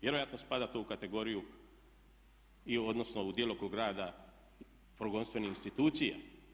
Vjerojatno spada to u kategoriju odnosno u djelokrug rada progonstvenih institucija.